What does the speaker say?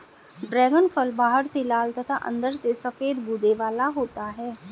dragon फल बाहर से लाल तथा अंदर से सफेद गूदे वाला होता है